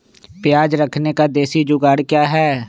प्याज रखने का देसी जुगाड़ क्या है?